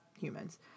humans